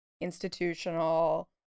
institutional